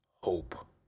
hope